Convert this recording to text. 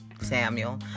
Samuel